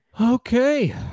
Okay